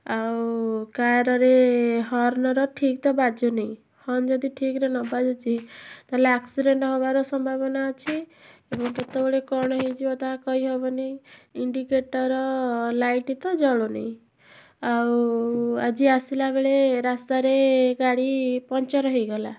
ଆଉ କାର୍ରେ ହର୍ଣ୍ଣ୍ର ଠିକ୍ ତ ବାଜୁନି ହର୍ଣ୍ଣ୍ ଯଦି ଠିକ୍ରେ ନ ବାଜୁଛି ତା'ହେଲେ ଆକ୍ସିଡ଼େଣ୍ଟ୍ ହେବାର ସମ୍ଭାବନା ଅଛି ଏବଂ କେତେବେଳେ କ'ଣ ହୋଇଯିବ ତା କହି ହେବନି ଇଣ୍ଡିକେଟର୍ ଲାଇଟ୍ ତ ଜଳୁନି ଆଉ ଆଜି ଆସିଲାବେଳେ ରାସ୍ତାରେ ଗାଡ଼ି ପଞ୍ଚର୍ ହୋଇଗଲା